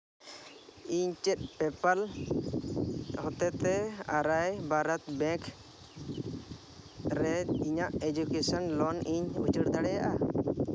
ᱤᱧ ᱪᱮᱫ ᱯᱮᱯᱟᱞ ᱦᱚᱛᱮ ᱛᱮ ᱟᱨᱭᱟᱵᱨᱟᱛ ᱵᱮᱝᱠ ᱨᱮ ᱤᱧᱟᱹᱜ ᱮᱰᱩᱠᱮᱥᱮᱱ ᱞᱳᱱ ᱤᱧ ᱩᱪᱟᱹᱲ ᱫᱟᱲᱮᱭᱟᱜᱼᱟ